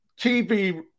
TV